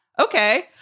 Okay